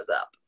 up